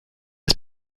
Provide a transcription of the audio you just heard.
das